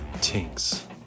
Tinks